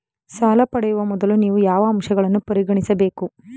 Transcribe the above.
ಸಾಲ ಪಡೆಯುವ ಮೊದಲು ನೀವು ಯಾವ ಅಂಶಗಳನ್ನು ಪರಿಗಣಿಸಬೇಕು?